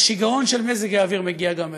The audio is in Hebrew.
השיגעון של מזג האוויר מגיע גם אלינו.